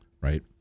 Right